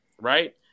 right